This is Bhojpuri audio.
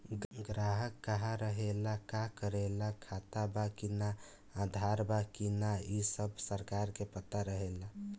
ग्राहक कहा रहेला, का करेला, खाता बा कि ना, आधार बा कि ना इ सब सरकार के पता रहेला